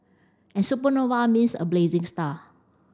and supernova means a blazing star